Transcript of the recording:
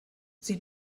sie